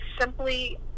Simply